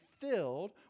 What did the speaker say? filled